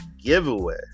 giveaway